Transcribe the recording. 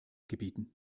gebieten